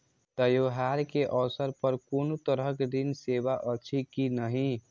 त्योहार के अवसर पर कोनो तरहक ऋण सेवा अछि कि नहिं?